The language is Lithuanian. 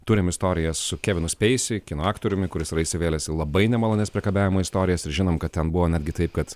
turim istoriją su kevinu speisiu kino aktoriumi kuris yra įsivėlęs į labai nemalonias priekabiavimo istorijas ir žinom kad ten buvo netgi taip kad